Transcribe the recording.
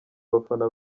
abafana